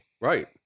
Right